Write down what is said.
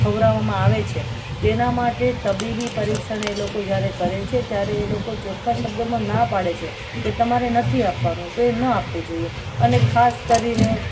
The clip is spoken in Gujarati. ખવડાવવામાં આવે છે તેના માટે તબીબી પરીક્ષણ એ લોકો જ્યારે કરે છે ત્યારે એ લોકો ચોખ્ખા શબ્દોમાં ના પાડે છે કે તમારે નથી આપવાનો તો એ ન આપવું જોઈએ અને ખાસ કરીને